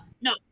no